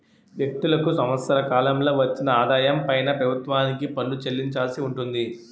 వ్యక్తులకు సంవత్సర కాలంలో వచ్చిన ఆదాయం పైన ప్రభుత్వానికి పన్ను చెల్లించాల్సి ఉంటుంది